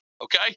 Okay